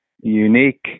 unique